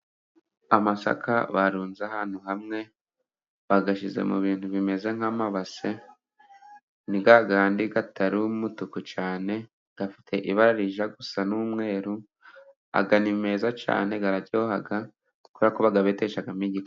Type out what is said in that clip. Amasaka barunze ahantu hamwe bayashyize mu bintu bimeze nk'amabase, ni yayandi atari umutuku cyane afite ibara rijya gusa n'umweru, aya ni meza cyane araryoha kuberako bayabeteshamo igikoma.